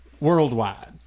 Worldwide